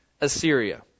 Assyria